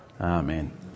Amen